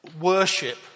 worship